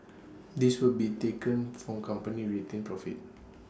this will be taken from company's retained profits